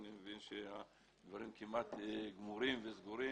אני מבין שהדברים כמעט גמורים וסגורים